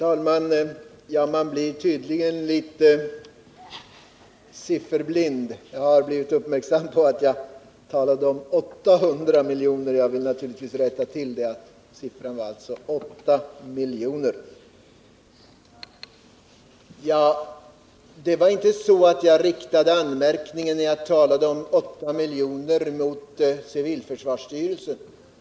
Herr talman! Man blir tydligen litet sifferblind. Jag har blivit uppmärksammad på att jag talade om 800 miljoner. Jag vill naturligtvis rätta till det — siffran skulle vara 8 miljoner. Det var inte så att jag, när jag talade om 8 miljoner, riktade någon anmärkning mot civilförsvarsstyrelsen.